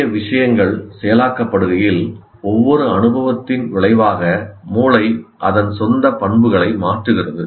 புதிய விஷயங்கள் செயலாக்கப்படுகையில் ஒவ்வொரு அனுபவத்தின் விளைவாக மூளை அதன் சொந்த பண்புகளை மாற்றுகிறது